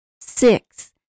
Six